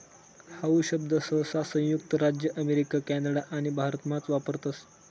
how शब्द सहसा संयुक्त राज्य अमेरिका कॅनडा आणि भारतमाच वापरतस